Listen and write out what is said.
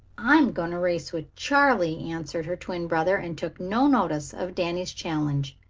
i'm going to race with charley, answered her twin brother, and took no notice of danny's challenge.